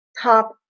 top